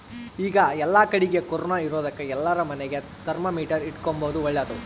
ಈಗ ಏಲ್ಲಕಡಿಗೆ ಕೊರೊನ ಇರೊದಕ ಎಲ್ಲಾರ ಮನೆಗ ಥರ್ಮಾಮೀಟರ್ ಇಟ್ಟುಕೊಂಬದು ಓಳ್ಳದು